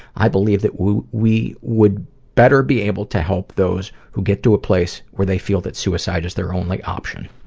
i believe that we we would better be able to help those who get to a place where they feel that suicide is their only option.